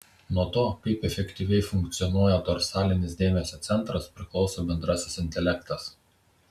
nuo to kaip efektyviai funkcionuoja dorsalinis dėmesio centras priklauso bendrasis intelektas